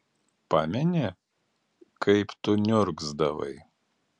pameni kaip tu niurgzdavai